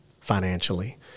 financially